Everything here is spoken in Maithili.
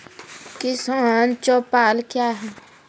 किसान चौपाल क्या हैं?